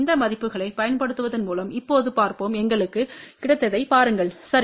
இந்த மதிப்புகளைப் பயன்படுத்துவதன் மூலம் இப்போது பார்ப்போம் எங்களுக்கு கிடைத்ததைப் பாருங்கள் சரி